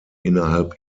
innerhalb